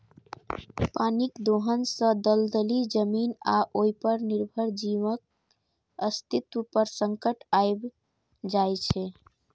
पानिक दोहन सं दलदली जमीन आ ओय पर निर्भर जीवक अस्तित्व पर संकट आबि जाइ छै